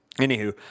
Anywho